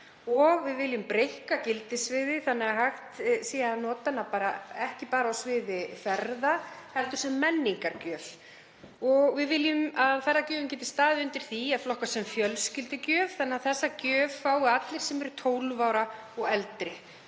kr. Við viljum breikka gildissviðið þannig að hægt sé að nota hana ekki bara á sviði ferða heldur sem menningargjöf. Við viljum að ferðagjöfin geti staðið undir því að flokkast sem fjölskyldugjöf þannig að þessa gjöf fái allir sem eru 12 ára og eldri.